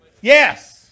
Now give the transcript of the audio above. Yes